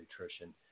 nutrition